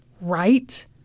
Right